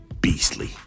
Beastly